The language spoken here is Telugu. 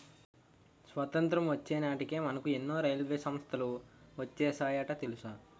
స్వతంత్రం వచ్చే నాటికే మనకు ఎన్నో రైల్వే సంస్థలు వచ్చేసాయట తెలుసా